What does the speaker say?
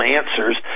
answers